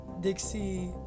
Dixie